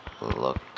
look